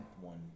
one